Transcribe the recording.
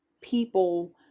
people